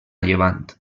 llevant